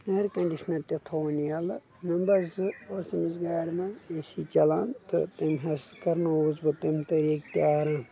air conditioner تہِ تھون ییٚلہٕ نمبر زٕ اوس تٔمِس گاڑِ منٛز اے سی چلان تہٕ تٔمۍ ہسا کرنووُس بہٕ تمہِ طٔریٖقہٕ تہِ آرام